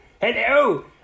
Hello